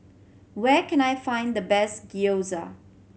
where can I find the best Gyoza